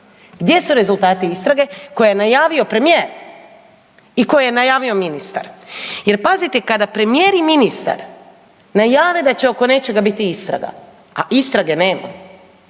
gdje su rezultati istrage koje je najavio premijer i koje je najavio ministar? Jer pazite kada premijer i ministar najave da će oko nečega biti istraga, a istrage nema